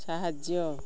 ସାହାଯ୍ୟ